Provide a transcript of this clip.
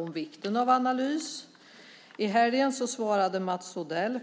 I en intervju i helgen svarade Mats Odell